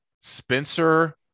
Spencer